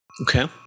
Okay